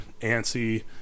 antsy